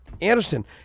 Anderson